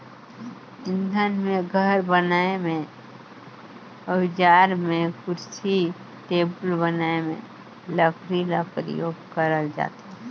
इंधन में, घर बनाए में, अउजार में, कुरसी टेबुल बनाए में लकरी ल परियोग करल जाथे